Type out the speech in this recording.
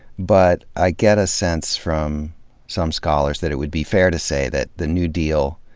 but i get a sense from some scholars that it would be fair to say that the new deal